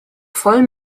voll